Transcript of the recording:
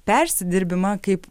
persidirbimą kaip